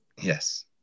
yes